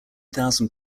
thousand